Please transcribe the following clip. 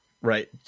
Right